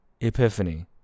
epiphany